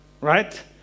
Right